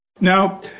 Now